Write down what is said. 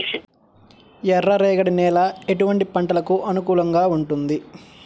ఎర్ర రేగడి నేల ఎటువంటి పంటలకు అనుకూలంగా ఉంటుంది?